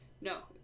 No